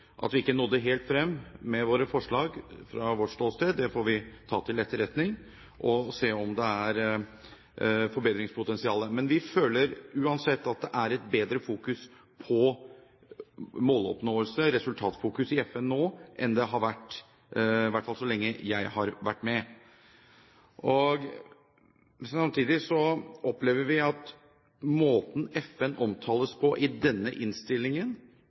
At vi fra vårt ståsted ikke nådde helt frem med våre forslag, får vi ta til etterretning og se om det er et forbedringspotensial. Men vi føler uansett at det er et bedre fokus på måloppnåelse, resultatfokus, i FN nå enn det har vært så lenge jeg har vært med i hvert fall. Samtidig opplever vi at måten FN omtales på i denne innstillingen,